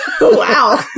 Wow